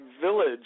Village